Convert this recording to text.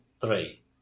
three